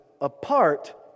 apart